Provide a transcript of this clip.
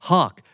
Hawk